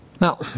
Now